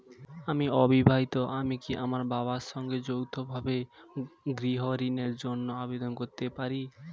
আমি অবিবাহিতা আমি কি আমার বাবার সঙ্গে যৌথভাবে গৃহ ঋণের জন্য আবেদন করতে পারি?